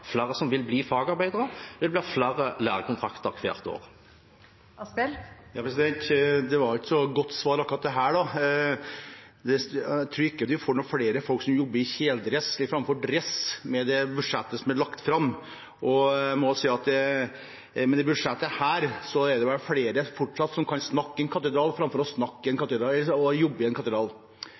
flere som vil bli fagarbeidere, og det vil bli flere lærekontrakter hvert år. Dette var ikke akkurat et så godt svar. Jeg tror ikke man får flere folk som jobber i kjeledress framfor i dress med det budsjettet som er lagt fram, og jeg må si at med dette budsjettet er det vel fortsatt flere som kan snakke i en katedral framfor å jobbe i en katedral. Derfor er spørsmålet mitt: På førstesiden av avisen Sør-Trøndelag står det den 2. desember at en